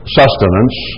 sustenance